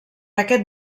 aquest